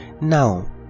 now